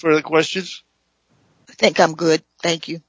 for the questions i think i'm good thank you